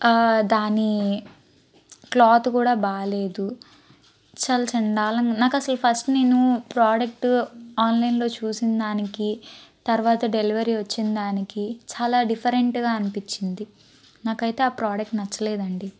దాని క్లాత్ కూడ బాగాలేదు చాలా చండాలంగా నాకు అసలు ఫస్టు నేను ప్రొడక్టు ఆన్లైన్లో చూసినదానికి తర్వాత డెలివరీ వచ్చిందానికి చాలా డిఫరెంటుగా అనిపిచ్చింది నాకైతే ఆ ప్రొడక్టు నచ్చలేదండి